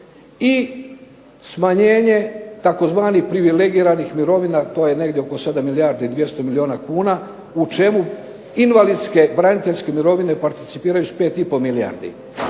i smanjenje tzv. privilegiranih mirovina to je negdje oko 7 milijardi 200 milijuna kuna u čemu invalidske, braniteljske mirovine participiraju s 5 i po milijardi,